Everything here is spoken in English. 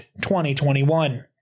2021